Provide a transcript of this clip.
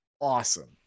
awesome